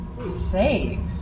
save